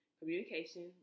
Communication